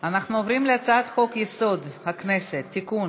אנחנו עוברים להצעת חוק-יסוד: הכנסת (תיקון,